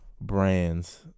brands